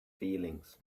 feelings